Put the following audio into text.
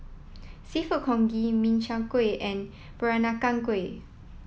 seafood congee min chiang kueh and pranakan kueh